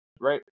right